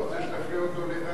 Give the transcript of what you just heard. לא רוצה שתפלה אותו לרעה.